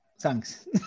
Thanks